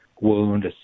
wound